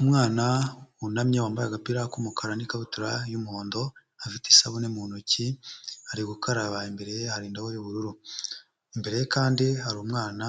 Umwana wunamye wambaye agapira k'umukara n'ikabutura y'umuhondo afite isabune mu ntoki, ari gukaraba imbere ye hari indobo y'ubururu. Imbere ye kandi hari umwana